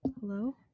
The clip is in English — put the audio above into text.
Hello